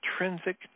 intrinsic